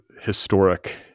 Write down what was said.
historic